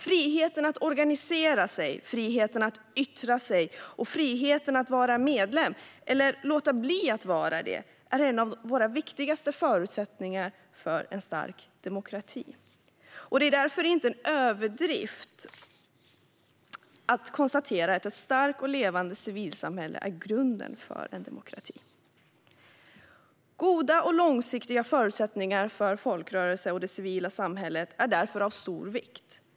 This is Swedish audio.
Friheten att organisera sig, friheten att yttra sig och friheten att vara medlem, eller låta bli att vara det, är en av de viktigaste förutsättningarna för en stark demokrati. Det är därför inte en överdrift att konstatera att ett starkt och levande civilsamhälle är grunden för en demokrati. Goda och långsiktiga förutsättningar för folkrörelser och det civila samhället är därför av stor vikt.